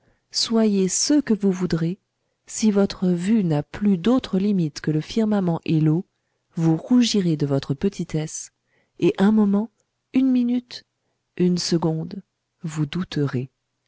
soyez ce que vous voudrez si votre vue n'a plus d'autre limite que le firmament et l'eau vous rougirez de votre petitesse et un moment une minute une seconde vous douterez